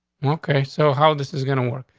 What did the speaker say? okay, so how this is gonna work?